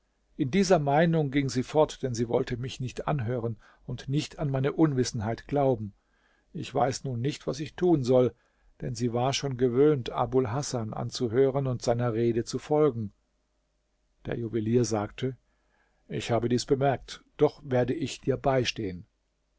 in dieser meinung ging sie fort denn sie wollte mich nicht anhören und nicht an meine unwissenheit glauben ich weiß nun nicht was ich tun soll denn sie war schon gewöhnt abul hasan anzuhören und seiner rede zu folgen der juwelier sagte ich habe dies bemerkt doch werde ich dir beistehen